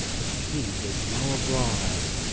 the king is now abroad.